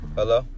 Hello